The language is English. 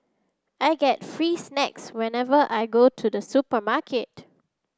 I get free snacks whenever I go to the supermarket